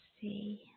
see